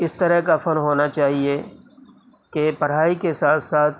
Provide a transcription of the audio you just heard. اس طرح کا فن ہونا چاہیے کہ پڑھائی کے ساتھ ساتھ